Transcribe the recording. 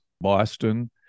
Boston